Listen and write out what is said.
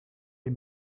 est